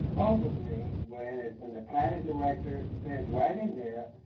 me when it when the planning director stands writing there,